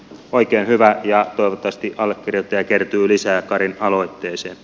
oikein hyvä ja toivottavasti allekirjoittajia kertyy lisää karin aloitteeseen